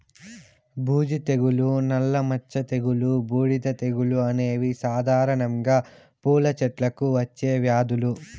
బూజు తెగులు, నల్ల మచ్చ తెగులు, బూడిద తెగులు అనేవి సాధారణంగా పూల చెట్లకు వచ్చే వ్యాధులు